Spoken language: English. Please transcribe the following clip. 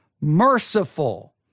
merciful